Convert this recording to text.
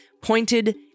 pointed